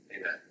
Amen